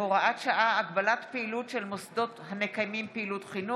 (הוראת שעה) (הגבלת פעילות של מוסדות המקיימים פעילות חינוך)